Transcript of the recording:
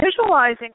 visualizing